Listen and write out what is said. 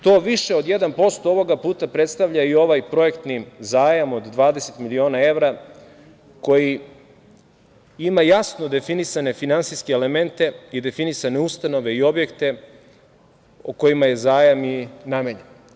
To više od 1% ovoga puta predstavlja i ovaj projektni zajam od 20 miliona evra koji ima jasno definisane finansijske elemente i definisane ustanove i objekte kojima je zajam i namenjen.